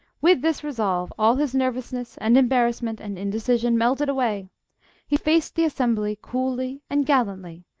with this resolve, all his nervousness and embarrassment and indecision melted away he faced the assembly coolly and gallantly,